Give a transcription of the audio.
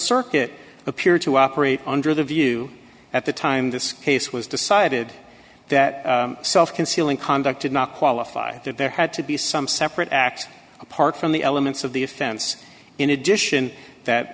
circuit appeared to operate under the view at the time this case was decided that self concealing conduct did not qualify that there had to be some separate act apart from the elements of the offense in addition that